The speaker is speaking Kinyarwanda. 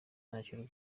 ntacyo